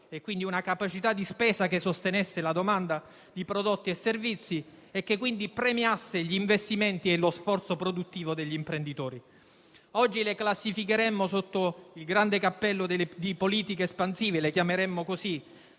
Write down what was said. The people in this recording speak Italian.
e, quindi, una capacità di spesa che sostenesse la domanda di prodotti e servizi e premiasse gli investimenti e lo sforzo produttivo degli imprenditori. Oggi classificheremmo le sue politiche sotto il grande cappello delle politiche espansive; le chiameremmo